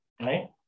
right